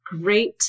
Great